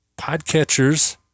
podcatchers